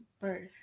birth